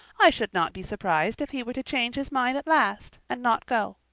i should not be surprised if he were to change his mind at last, and not go.